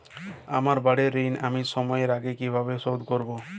আমার বাড়ীর ঋণ আমি সময়ের আগেই কিভাবে শোধ করবো?